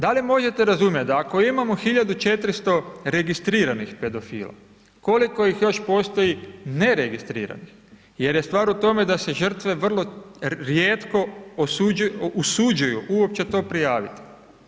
Da li možete razumjeti da ako imamo 1.400 registriranih pedofila, koliko ih još postoji neregistriranih, jer je stvar u tome da se žrtve vrlo rijetko usuđuju uopće to prijaviti.